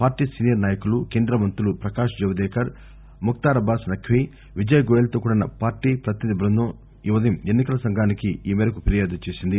party senior నాయకులు కేందమంతులు ప్రకాష్జవదేకర్ ముక్తార్ అబ్బాస్ నఖ్వీ విజయ్గోయల్తో కూడిన ప్రతినిధి బృందం ఈ ఉదయం ఎన్నికల సంఘానికి ఈ మేరకు ఫిర్యాదు చేసింది